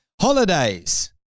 holidays